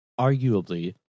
arguably